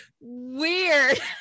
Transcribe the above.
weird